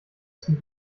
zum